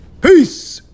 Peace